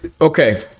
okay